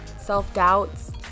self-doubts